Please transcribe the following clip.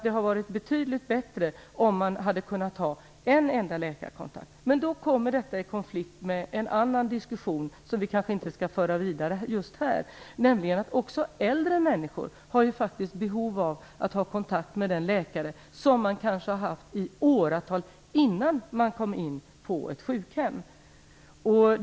Det hade varit betydligt bättre om man hade kunnat ha en enda läkarkontakt. Då kommer detta i konflikt med en annan fråga som vi kanske inte skall diskutera just nu, nämligen att också äldre människor faktiskt har behov av att ha kontakt med den läkare som de kanske haft i åratal innan de kom in på ett sjukhem.